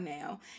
now